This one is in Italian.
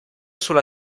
sulla